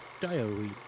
diary